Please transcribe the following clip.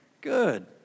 Good